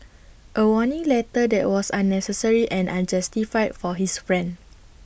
A warning letter that was unnecessary and unjustified for his friend